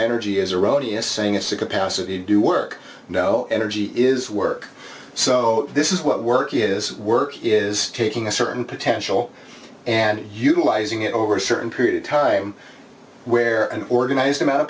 a capacity to do work no energy is work so this is what work is work is taking a certain potential and utilizing it over a certain period of time where an organized amount of